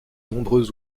nombreux